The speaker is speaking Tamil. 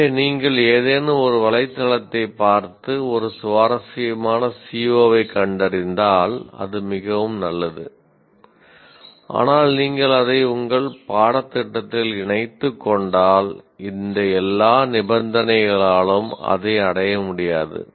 எனவே நீங்கள் ஏதேனும் ஒரு வலைத்தளத்தைப் பார்த்து ஒரு சுவாரஸ்யமான CO ஐக் கண்டறிந்தால் அது மிகவும் நல்லது ஆனால் நீங்கள் அதை உங்கள் பாடத்திட்டத்தில் இணைத்துக்கொண்டால் இந்த எல்லா நிபந்தனைகளாலும் அதை அடைய முடியாது